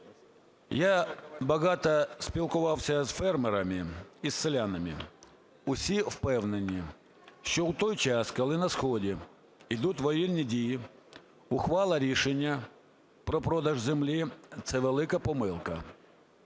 Я багато спілкувався з фермерами і з селянами. Усі впевнені, що у той час, коли на сході ідуть воєнні дії, ухвала рішення про продаж землі – це велика помилка.